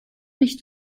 nicht